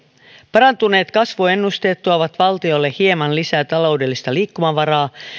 parantuneet kasvuennusteet tuovat valtiolle hieman lisää taloudellista liikkumavaraa